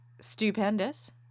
stupendous